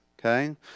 Okay